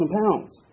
pounds